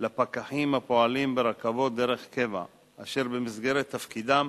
לפקחים הפועלים ברכבת דרך קבע, אשר במסגרת תפקידם